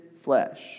flesh